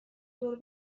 دور